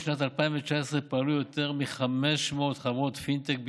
בשנת 2019 פעלו יותר מ-500 חברות פינטק בישראל,